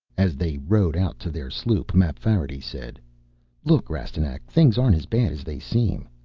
as they rowed out to their sloop mapfarity said look, rastignac, things aren't as bad as they seem.